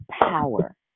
power